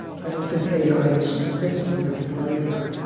i don't think ai is the principal thing to worry about,